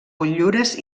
motllures